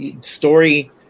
story